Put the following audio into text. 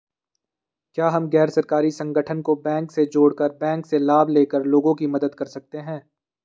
क्या हम गैर सरकारी संगठन को बैंक से जोड़ कर बैंक से लाभ ले कर लोगों की मदद कर सकते हैं?